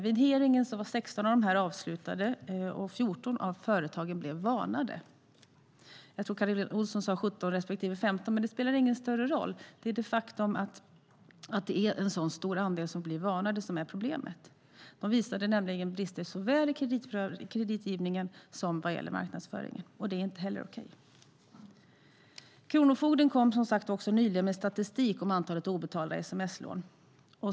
Vid hearingen var 16 av dem avslutade, och 14 av företagen blev varnade. Jag tror att Carina Ohlsson sade 17 respektive 15, men det spelar ingen större roll - det är det faktum att det är en så stor andel som blir varnade som är problemet. De uppvisade nämligen brister i såväl kreditgivningen som marknadsföringen, och det är inte heller okej. Kronofogden kom som sagt nyligen med statistik om antalet obetalda sms-lån.